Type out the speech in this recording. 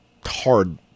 hard